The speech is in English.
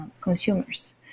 consumers